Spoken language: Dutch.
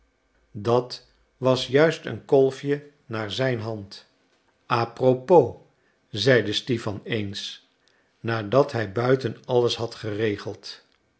dat was juist een kolfje naar zijn hand a propos zeide stipan eens nadat hij buiten alles had geregeld